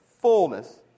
fullness